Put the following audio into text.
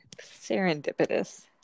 Serendipitous